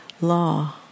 law